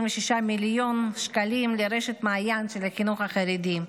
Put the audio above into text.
מיליון שקלים לרשת מעיין של החינוך החרדי.